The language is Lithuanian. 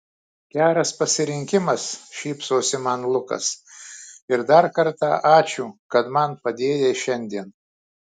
geras pasirinkimas šypsosi man lukas ir dar kartą ačiū kad man padėjai šiandien